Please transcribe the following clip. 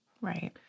Right